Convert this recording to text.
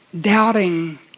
doubting